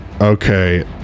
okay